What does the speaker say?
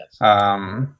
Yes